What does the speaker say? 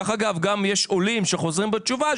גם יש עולים שחוזרים בתשובה,